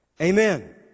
Amen